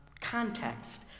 context